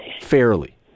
Fairly